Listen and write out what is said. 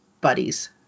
buddies